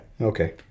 Okay